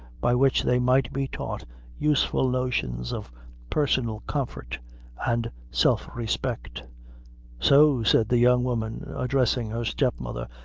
by which they might be taught useful notions of personal comfort and self-respect. so, said the young woman, addressing her step-mother,